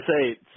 say